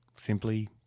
Simply